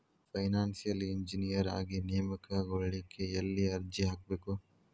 Financial engineer ಆಗಿ ನೇಮಕಗೊಳ್ಳಿಕ್ಕೆ ಯೆಲ್ಲಿ ಅರ್ಜಿಹಾಕ್ಬೇಕು?